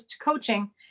coaching